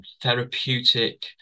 therapeutic